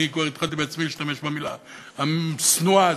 אני כבר התחלתי בעצמי להשתמש במילה השנואה הזאת,